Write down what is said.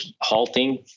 halting